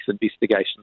investigation